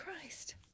Christ